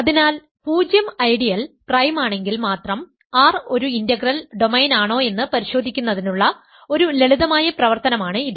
അതിനാൽ 0 ഐഡിയൽ പ്രൈമാണെങ്കിൽ മാത്രം R ഒരു ഇന്റഗ്രൽ ഡൊമെയ്നാണോയെന്ന് പരിശോധിക്കുന്നതിനുള്ള ഒരു ലളിതമായ പ്രവർത്തനമാണ് ഇത്